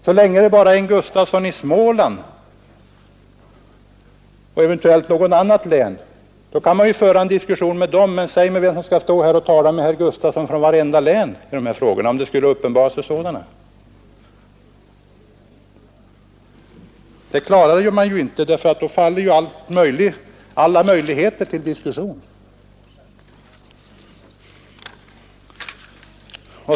Så länge det bara är en herr Gustavsson i Småland och eventuellt en i något annat län kan man föra en diskussion med dem, men säg mig vem som skall stå här och tala med en herr Gustavsson kanske från varje län om de här frågorna! Det klarar man inte, därför att då faller alla möjligheter till diskussion.